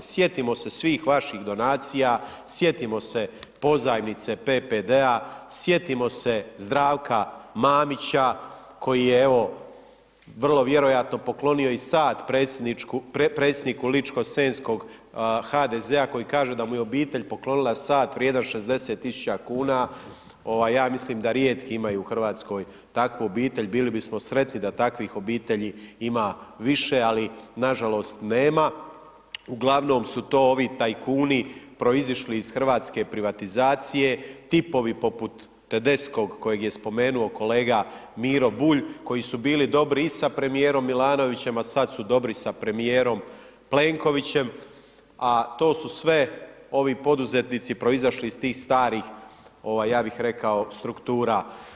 Sjetimo se svih vaših donacija, sjetimo se pozajmice PPD-a, sjetimo se Zdravka Mamića koji je evo, vrlo vjerojatno poklonio i sat predsjedniku ličko-senjskog HDZ-a koji kaže da mu je obitelj poklonila sat vrijedan 60.000,00 kn, ja mislim da rijetki imaju u RH takvu obitelj, bili bismo sretni da takvih obitelji ima više, ali nažalost, nema, uglavnom su to ovi tajkuni proizišli iz hrvatske privatizacije, tipovi poput Tedeskog kojeg je spomenuo kolega Miro Bulj koji su bili dobri i sa premijerom Milanovićem, a sad su dobri sa premijerom Plenkovićem, a to su sve ovi poduzetnici proizašli iz tih starih, ja bih rekao, struktura.